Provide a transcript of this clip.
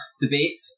debate